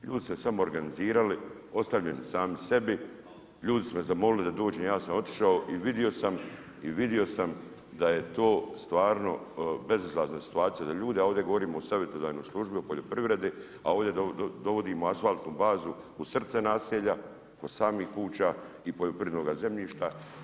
Ljudi su se samoorganizirali ostavljeni sami sebi, ljudi su me zamolili da dođem, ja sam otišao i vidio sam da je to stvarno bezizlazna situacija ljude, a ovdje govorimo o savjetodavnoj službi o poljoprivredi, a ovdje dovodimo asfaltnu bazu u srce naselja kod samih kuća i poljoprivrednoga zemljišta